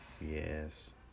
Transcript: Yes